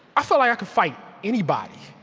i thought i could fight anybody,